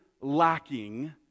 lacking